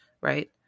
right